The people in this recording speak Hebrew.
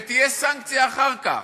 ותהיה סנקציה אחר כך.